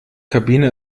kabine